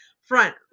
front